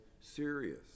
serious